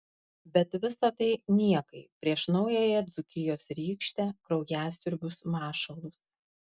bet visa tai niekai prieš naująją dzūkijos rykštę kraujasiurbius mašalus